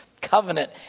covenant